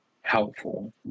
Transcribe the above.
helpful